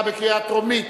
התשע"ב 2011,